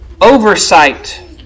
oversight